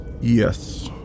Yes